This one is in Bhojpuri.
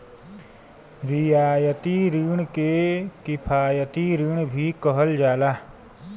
रियायती रिण के किफायती रिण भी कहल जाला